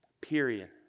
period